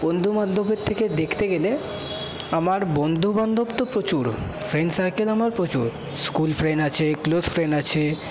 বন্ধুবান্ধবের থেকে দেখতে গেলে আমার বন্ধুবান্ধব তো প্রচুর ফ্রেন্ড সার্কেল আমার প্রচুর স্কুল ফ্রেন্ড আছে ক্লোজ ফ্রেন্ড আছে